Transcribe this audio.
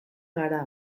gara